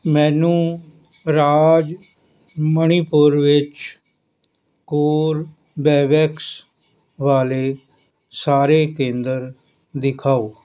ਮੈਨੂੰ ਰਾਜ ਮਣੀਪੁਰ ਵਿੱਚ ਕੋਰਬੇਵੈਕਸ ਵਾਲੇ ਸਾਰੇ ਕੇਂਦਰ ਦਿਖਾਓ